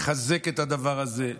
לחזק את הדבר הזה,